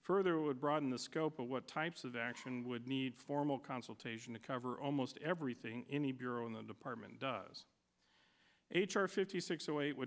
further would broaden the scope of what types of action would need formal consultation to cover almost everything in the bureau and the department does h r fifty six so it would